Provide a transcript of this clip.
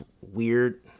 weird